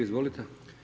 Izvolite.